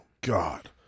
God